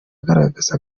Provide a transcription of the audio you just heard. agaragaza